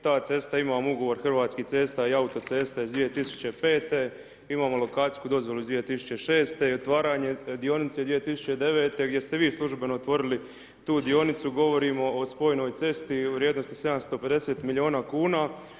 Ta cesta, imamo ugovor Hrvatskih cesta i autocesta iz 2005., imamo lokacijsku dozvolu iz 2006. i otvaranje dionice 2009. gdje ste vi službeno otvorili tu dionicu, govorimo o spojnoj cesti u vrijednosti 750 milijuna kuna.